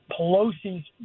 Pelosi's